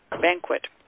banquet